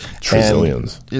Trillions